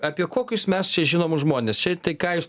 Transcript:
apie kokius mes čia žinomus žmones čia tai ką jūs